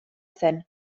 zen